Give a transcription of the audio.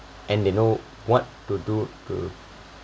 and they know what to do